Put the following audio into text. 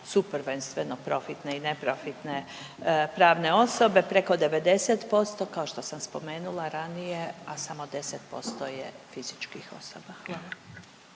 su prvenstveno profitne i neprofitne pravne osobe preko 90% kao što sam spomenula ranije, a samo 10% je fizičkih osoba.